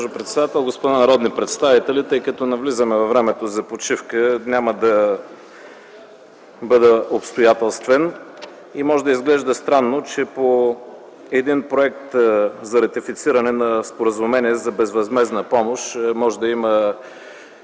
председател, господа народни представители! Тъй като навлизаме във времето за почивка, няма да бъда обстоятелствен. Може да изглежда странно, че по един проект за ратифициране на споразумение за безвъзмездна помощ може да има